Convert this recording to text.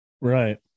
right